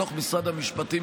לרבות בתוך משרד המשפטים,